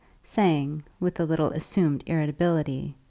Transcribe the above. saying, with a little assumed irritability,